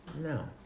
No